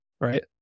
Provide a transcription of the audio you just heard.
right